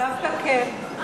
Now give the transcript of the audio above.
דווקא כן.